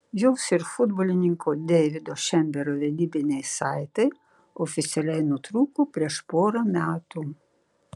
jos ir futbolininko deivido šembero vedybiniai saitai oficialiai nutrūko prieš porą metų